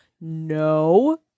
No